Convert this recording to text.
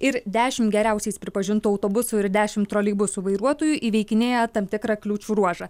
ir dešim geriausiais pripažintų autobusų ir dešim troleibusų vairuotojų įveikinėja tam tikrą kliūčių ruožą